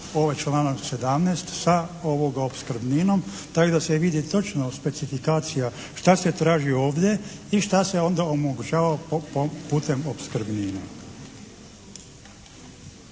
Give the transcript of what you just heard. ovaj članak 17. sa opskrbninom tako da se vidi točno specifikacija šta se traži ovdje i šta se onda omogućava putem opskrbnine.